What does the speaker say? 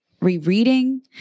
rereading